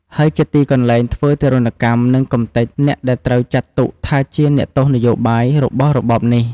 ហើយជាទីកន្លែង ធ្វើទារុណកម្ម និងកំទេចអ្នកដែលត្រូវចាត់ទុកថាជា “អ្នកទោសនយោបាយ” របស់របបនេះ។